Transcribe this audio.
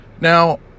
Now